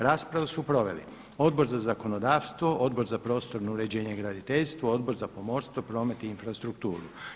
Raspravu su proveli Odbor za zakonodavstvo, Odbor za prostorno uređenje i graditeljstvo, Odbor za pomorstvo, promet i infrastrukturu.